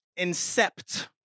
incept